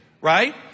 Right